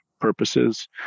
purposes